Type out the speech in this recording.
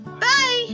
Bye